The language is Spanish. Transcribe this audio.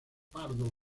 pardo